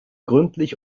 gründlich